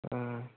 ആ